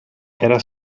era